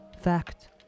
fact